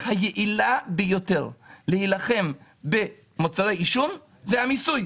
היעילה ביותר להילחם במוצרי עישון היא דרך המיסוי.